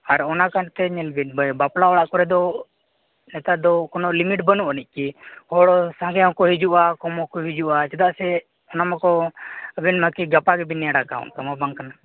ᱟᱨ ᱚᱟᱱ ᱠᱟᱨᱚᱱᱛᱮ ᱢᱮᱱᱵᱮᱱ ᱵᱟᱯᱞᱟ ᱚᱲᱟᱜ ᱠᱚᱨᱮᱫᱚ ᱱᱮᱛᱟᱨᱫᱚ ᱠᱳᱱᱳ ᱞᱤᱢᱤᱴ ᱵᱟᱹᱱᱩᱜᱟᱹᱱᱤᱡ ᱠᱤ ᱦᱚᱲ ᱥᱟᱸᱜᱮ ᱦᱚᱸᱠᱚ ᱦᱤᱡᱩᱜᱼᱟ ᱠᱚᱢ ᱦᱚᱸᱠᱚ ᱦᱤᱡᱩᱜᱼᱟ ᱪᱮᱫᱟᱜ ᱥᱮ ᱚᱱᱟᱢᱟᱠᱚ ᱟᱵᱮᱱᱢᱟ ᱠᱤ ᱜᱟᱯᱟᱜᱮᱵᱮᱱ ᱱᱮᱸᱰᱟ ᱟᱠᱟᱫ ᱥᱚᱢᱵᱷᱚᱵᱽ ᱵᱟᱝ ᱠᱟᱱᱟ